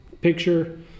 picture